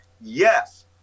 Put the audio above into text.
yes